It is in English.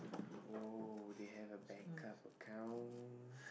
!woah! they have a backup account